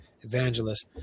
evangelists